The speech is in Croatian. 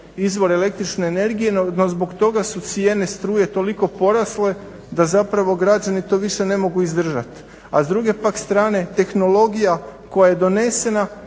izvor električne energije. No, zbog toga su cijene struje toliko porasle da zapravo građani to više ne mogu izdržat. A s druge pak strane tehnologija koja je donesena